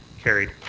carried.